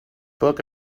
book